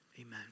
Amen